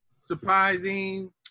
surprising